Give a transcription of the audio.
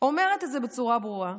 אני אומרת את זה בצורה ברורה: